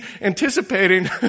anticipating